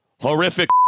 Horrific